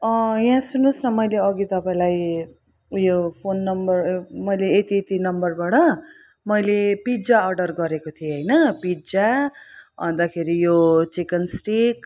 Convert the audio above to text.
यहाँ सुन्नुहोस् न मैले अघि तपाईँलाई ऊ यो फोन नम्बर मैले यति यति नम्बरबाट मैले पिज्जा अर्डर गरेको थिएँ होइन पिज्जा अन्तखेरि यो चिकन स्टिक